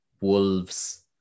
Wolves